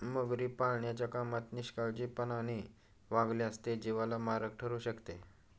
मगरी पाळण्याच्या कामात निष्काळजीपणाने वागल्यास ते जीवाला मारक ठरू शकते